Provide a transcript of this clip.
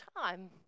time